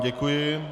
Děkuji.